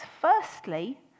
firstly